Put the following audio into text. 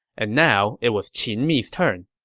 and now, it was qin mi's turn